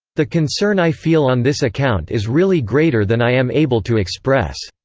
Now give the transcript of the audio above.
the concern i feel on this account is really greater than i am able to express.